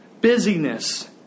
Busyness